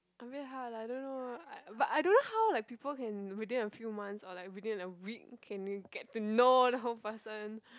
a bit hard lah I don't know but I don't know how like people can within a few months or like within a week can get to know the whole person